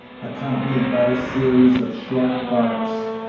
accompanied by a series of short barks.